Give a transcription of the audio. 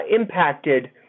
impacted